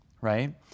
right